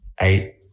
eight